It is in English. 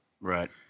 Right